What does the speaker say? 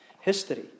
history